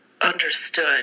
understood